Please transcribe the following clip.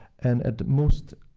and, at most,